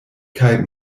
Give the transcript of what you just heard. kaj